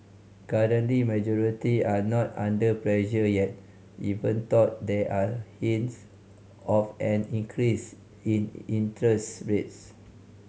currently majority are not under pressure yet even though there are hints of an increase in interest rates